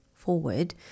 forward